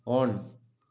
on